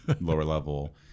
lower-level